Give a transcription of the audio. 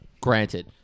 granted